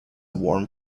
warm